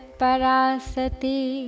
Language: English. parasati